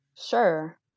sure